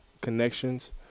connections